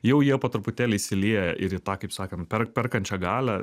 jau jie po truputėlį įsilieja ir į tą kaip sakant per perkančią galią